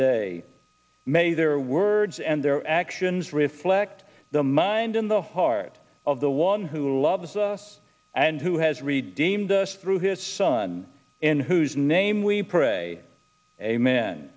day may their words and their actions reflect the mind in the heart of the one who loves us and who has read deemed us through his son in whose name we pray amen